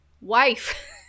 wife